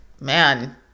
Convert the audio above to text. man